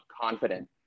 confident